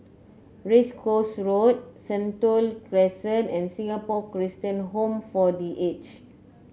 Race Course Road Sentul Crescent and Singapore Christian Home for The Aged